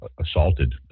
assaulted